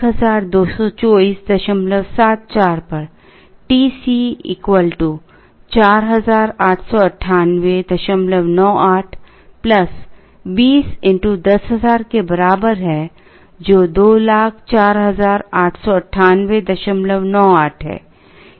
122474 पर TC 489898 20 x 10000 के बराबर है जो 20489898 है